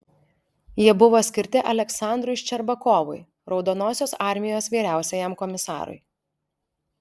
jie buvo skirti aleksandrui ščerbakovui raudonosios armijos vyriausiajam komisarui